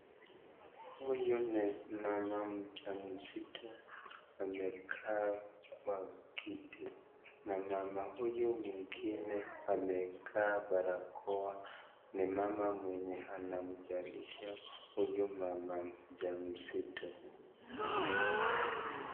Huyu ni mama mja mzito amekaa kwa kiti, na mama huyu mwingine amevaa barakoa, ni mama mwenye ana mzalisha huyu mama mja mzito.